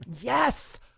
Yes